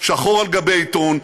שחור על גבי עיתון,